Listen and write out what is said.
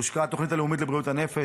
הושקה התוכנית הלאומית לבריאות הנפש,